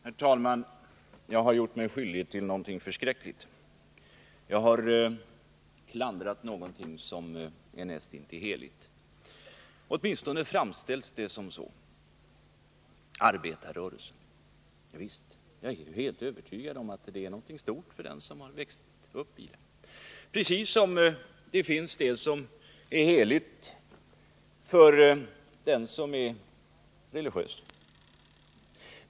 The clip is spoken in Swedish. Herr talman! Jag har gjort mig skyldig till någonting förskräckligt. Jag har klandrat någonting som är näst intill heligt, åtminstone framställs det så. Arbetarrörelsen — ja visst! Jag är helt övertygad om att det är någonting stort för den som växt upp i den, precis som det finns heliga saker för den som är religiös.